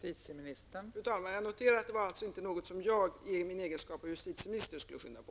Fru talman! Jag noterar att det alltså inte var någonting som jag i min egenskap av justitieminister skulle skynda på.